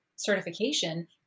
certification